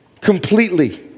completely